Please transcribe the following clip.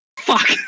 Fuck